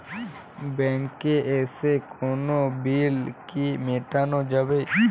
ব্যাংকে এসে কোনো বিল কি মেটানো যাবে?